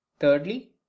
Thirdly